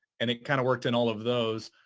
and it kind of worked in all of those.